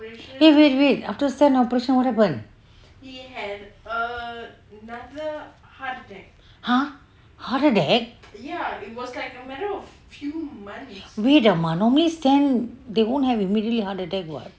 wait wait wait after send operation (uh huh) heart attack wait amma normally stand they won't immediately have heart attack [what]